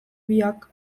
biak